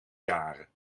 jaren